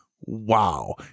wow